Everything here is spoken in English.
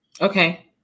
Okay